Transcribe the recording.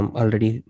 already